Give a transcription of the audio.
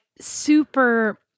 super